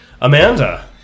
Amanda